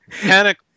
Panic